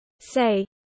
say